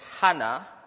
Hannah